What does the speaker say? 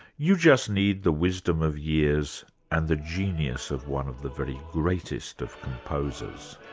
you just need the wisdom of years and the genius of one of the very greatest of composers.